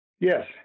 Yes